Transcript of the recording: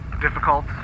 difficult